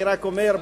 אני רק אומר,